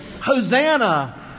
Hosanna